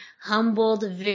humbled